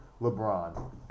LeBron